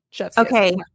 Okay